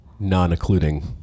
Non-occluding